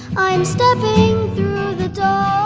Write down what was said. i'm stepping the